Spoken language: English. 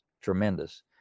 tremendous